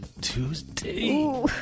Tuesday